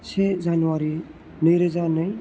से जानुवारि नैरोजा नै